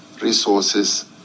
resources